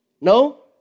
No